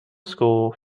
school